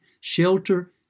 shelter